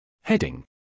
Heading